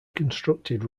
constructed